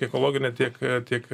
ekologine tiek tiek